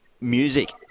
Music